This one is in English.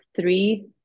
three